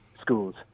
schools